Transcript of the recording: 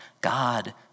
God